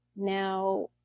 Now